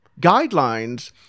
guidelines